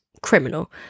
criminal